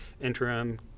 interim